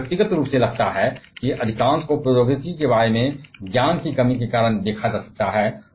मुझे व्यक्तिगत रूप से लगता है कि अधिकांश को प्रौद्योगिकी के बारे में ज्ञान की कमी के कारण देखा जा सकता है